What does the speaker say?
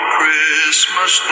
Christmas